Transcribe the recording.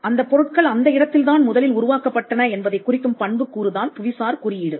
அந்தப் பொருட்கள் அந்த இடத்தில் தான் முதலில் உருவாக்கப்பட்டன என்பதைக் குறிக்கும் பண்புக்கூறு தான் புவிசார் குறியீடு